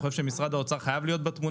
אני חושב שמשרד האוצר חייב להיות בתמונה.